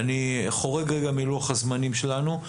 אני חורג רגע מלוח הזמנים שלנו,